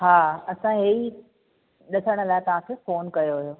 हा असां हीअ ॾसण लाइ तव्हांखे फ़ोन कयो हुयो